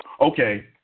okay